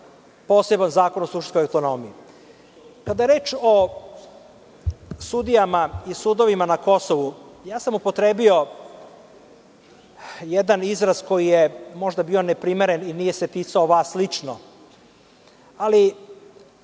poseban zakon o suštinskoj autonomiji. Kada je reč o sudijama i sudovima na Kosovu, upotrebio sam jedan izraz koji je možda bio neprimeren i nije se ticao vas lično, ali